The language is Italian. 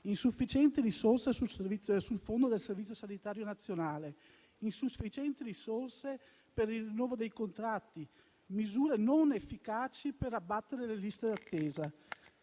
insufficienti risorse sul fondo del Servizio sanitario nazionale, insufficienti risorse per il rinnovo dei contratti; misure non efficaci per abbattere le liste d'attesa.